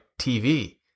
TV